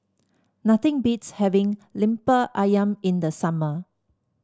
nothing beats having Lemper ayam in the summer